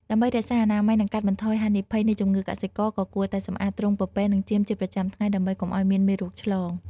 ដើម្បីរក្សាអនាម័យនិងកាត់បន្ថយហានិភ័យនៃជំងឺ កសិករក៏គួរតែសម្អាតទ្រុងពពែនិងចៀមជាប្រចាំថ្ងៃដើម្បីកុំឲ្យមានមេរោគឆ្លង។